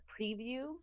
preview